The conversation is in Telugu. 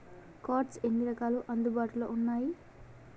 కార్డ్స్ ఎన్ని రకాలు అందుబాటులో ఉన్నయి?